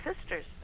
sisters